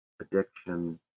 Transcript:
addiction